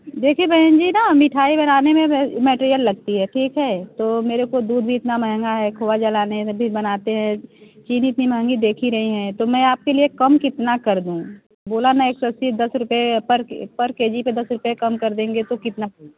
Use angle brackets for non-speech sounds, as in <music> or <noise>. देखिए बहन जी न मिठाई बनाने में मै मैटेरियल लगती है ठीक है तो मेरे को दूध भी इतना महँगा है खोया जलाने <unintelligible> बनाते है चीनी इतनी महँगी है देख रही हैं तो मैं आपके लिए कम कितना कर दूँ बोला मैं एक सौ अस्सी दस रुपये पर पर के जी पर दस रुपये कम कर देंगे तो कितना